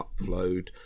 upload